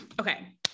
Okay